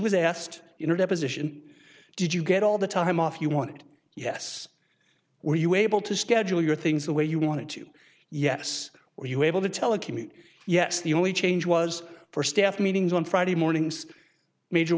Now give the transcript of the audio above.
was asked in a deposition did you get all the time off you want yes were you able to schedule your things the way you wanted to yes were you able to telecommute yes the only change was for staff meetings on friday mornings major